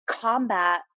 combat